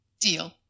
Deal